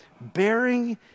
bearing